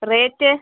rate